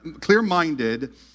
clear-minded